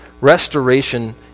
restoration